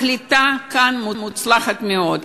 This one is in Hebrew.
הקליטה כאן מוצלחת מאוד,